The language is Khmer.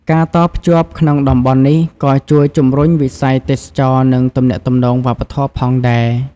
ការតភ្ជាប់ក្នុងតំបន់នេះក៏ជួយជំរុញវិស័យទេសចរណ៍និងទំនាក់ទំនងវប្បធម៌ផងដែរ។